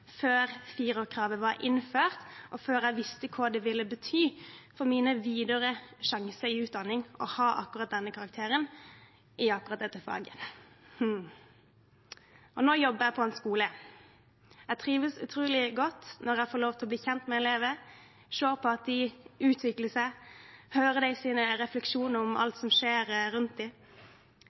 utdanning å ha akkurat denne karakteren i akkurat dette faget. Men nå jobber jeg på en skole. Jeg trives utrolig godt når jeg får lov til å bli kjent med elevene, se på at de utvikler seg, og høre deres refleksjoner rundt alt som skjer rundt